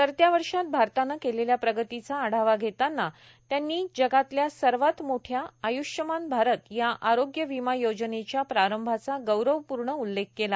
सरत्या वर्षात भारतानं केलेल्या प्रगतीचा आढावा घेताना त्यांनी जगातल्या सर्वात मोठ्या आय्ष्मान भारत या आरोग्य विमा योजनेच्या प्रारंभाचा गौरवपूर्ण उल्लेख केला